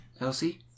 Elsie